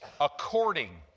According